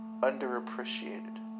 underappreciated